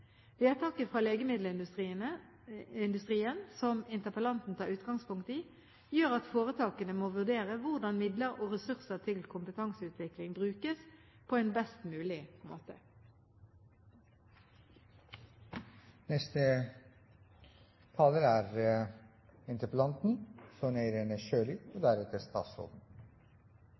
Vedtaket fra legemiddelindustrien – som interpellanten tar utgangspunkt i – gjør at foretakene må vurdere hvordan midler og ressurser til kompetanseutvikling brukes på best mulig